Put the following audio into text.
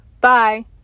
Bye